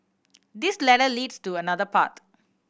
this ladder leads to another path